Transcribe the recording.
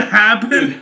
happen